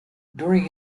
during